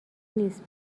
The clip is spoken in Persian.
نیست